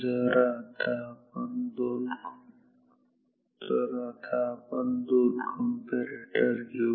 तर आता आपण 2 कंपॅरेटर घेऊ